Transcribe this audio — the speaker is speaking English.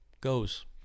goes